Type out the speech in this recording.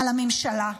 על הממשלה,